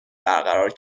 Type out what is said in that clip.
برقرار